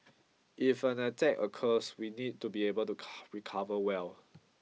if an attack occurs we need to be able to car recover well